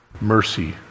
mercy